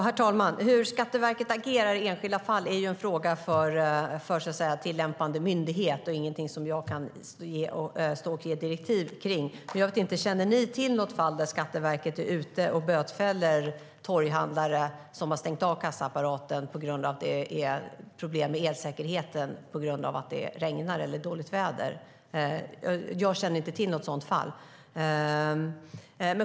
Herr talman! Hur Skatteverket agerar i enskilda fall är en fråga för tillämpande myndighet och ingenting som jag kan stå och ge direktiv om. Men jag undrar om ni känner till något fall där Skatteverket har varit ute och bötfällt torghandlare som har stängt av kassaapparaten för att det är problem med elsäkerheten på grund av att det är dåligt väder och regnar. Jag känner inte till något sådant fall.